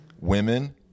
women